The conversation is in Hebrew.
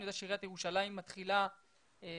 אני יודע שעיריית ירושלים מתחילה להיכנס